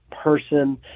person